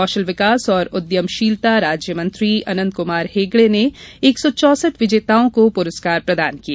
कौशल विकास और उद्यमशीलता राज्यमंत्री अनंत कुमार हेगड़े ने एक सौ चौसठ विजेताओं को पुरस्कार प्रदान किए